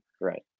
right